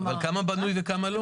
אבל כמה בנוי וכמה לא?